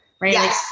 right